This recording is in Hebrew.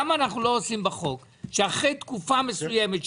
למה אנחנו לא עושים בחוק שאחרי תקופה מסוימת,